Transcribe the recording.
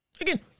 Again